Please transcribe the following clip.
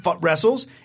wrestles